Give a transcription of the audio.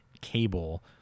cable